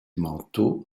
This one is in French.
manteau